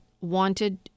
wanted